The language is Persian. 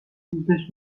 دوستش